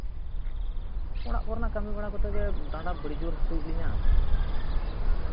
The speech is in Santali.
ᱚᱲᱟᱜ ᱠᱚᱨᱮᱱᱟᱜ ᱠᱟᱹᱢᱤ ᱵᱟᱲᱟ ᱠᱚᱛᱮ ᱜᱮ ᱰᱟᱸᱰᱟ ᱵᱮᱰᱮ ᱡᱳᱨ ᱦᱟᱹᱥᱩᱭᱮᱫ ᱞᱤᱧᱟ